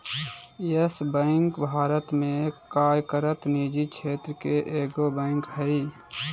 yes Bank Bharat में कार्यरत निजी क्षेत्र के एगो बैंक हइ